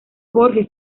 jorge